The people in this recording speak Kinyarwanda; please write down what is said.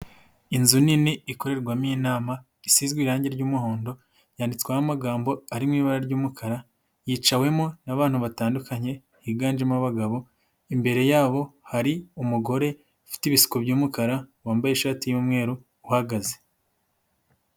Inzu nini ikorerwamo inama, isizwe irangi ry'umuhondo. Yanditsweho amagambo ari mu ibara ry'umukara. Yicawemo n'abantu batandukanye, higanjemo abagabo. Imbere yabo hari, umugore ufite ibisuko by'umukara, wambaye ishati y'umweru, uhagaze.